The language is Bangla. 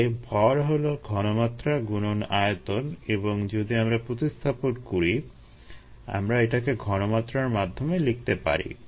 তাহলে ভর হলো ঘনমাত্রা গুণন আয়তন এবং যদি আমরা প্রতিস্থাপন করি আমরা এটাকে ঘনমাত্রার মাধ্যমে লিখতে পারি